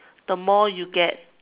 the more you get